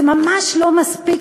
זה ממש לא מספיק,